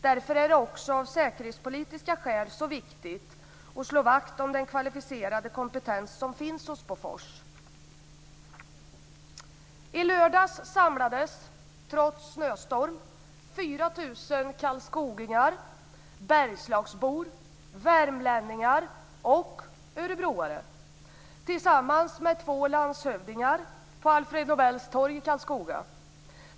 Därför är det också så viktigt att av säkerhetspolitiska skäl slå vakt om den kvalificerade kompetens som finns hos I lördags samlades, trots snöstorm, 4 000 karlskogingar, bergslagsbor, värmlänningar och örebroare tillsammans med två landshövdingar på Alfred Nobels torg i Karlskoga.